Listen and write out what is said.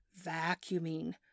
vacuuming